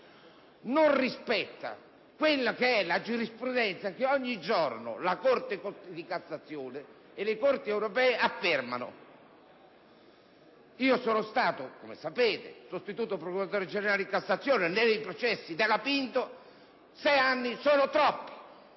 consapevoli - la giurisprudenza che ogni giorno la Corte di cassazione e la Corte europea affermano. Io sono stato, come sapete, sostituto procuratore generale in Cassazione: nei processi, in base alla legge Pinto, sei anni sono troppi,